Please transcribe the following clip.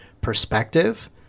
perspective